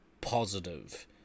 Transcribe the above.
positive